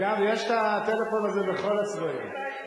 אגב, יש טלפון כזה בכל הצבעים.